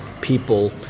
people